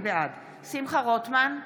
בעד שמחה רוטמן,